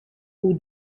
oer